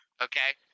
okay